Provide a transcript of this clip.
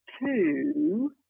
two